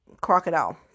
crocodile